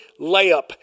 layup